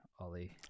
ollie